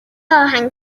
آهنگ